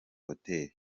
hoteli